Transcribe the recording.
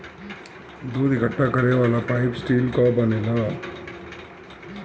दूध इकट्ठा करे वाला पाइप स्टील कअ बनेला